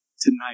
tonight